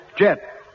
Jet